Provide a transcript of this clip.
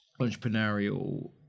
entrepreneurial